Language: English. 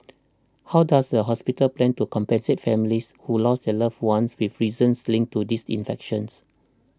how does the hospital plan to compensate families who lost their loved ones with reasons linked to this infections